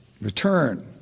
return